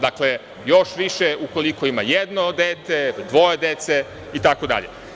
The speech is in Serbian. Dakle, još više ukoliko ima jedno dete, dvoje dece, itd.